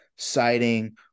Citing